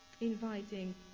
inviting